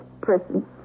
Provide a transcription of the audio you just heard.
prison